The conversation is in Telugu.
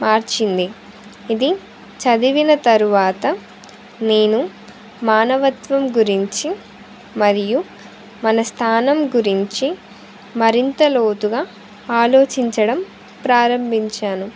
మార్చింది ఇది చదివిన తరువాత నేను మానవత్వం గురించి మరియు మన స్థానం గురించి మరింత లోతుగా ఆలోచించడం ప్రారంభించాను